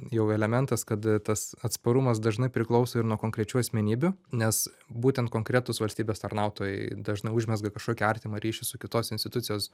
jau elementas kad tas atsparumas dažnai priklauso ir nuo konkrečių asmenybių nes būtent konkretūs valstybės tarnautojai dažnai užmezga kažkokį artimą ryšį su kitos institucijos